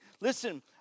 Listen